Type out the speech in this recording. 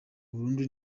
burundu